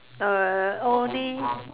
err only